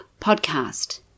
podcast